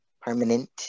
Permanent